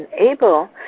unable